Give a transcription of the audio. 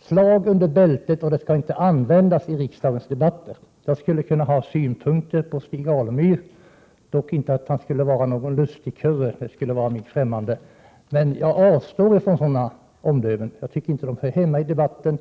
slag under bältet och att sådant inte skall användas i riksdagens debatter. Jag skulle kunna ha synpunkter på Stig Alemyr, dock inte påstå att han skulle vara någon lustigkurre, det skulle vara mig främmande. Jag avstår från sådana omdömen — de hör inte hemma i debatten.